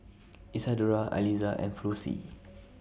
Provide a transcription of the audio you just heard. Isadora Aliza and Flossie